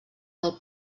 del